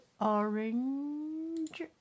orange